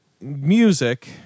music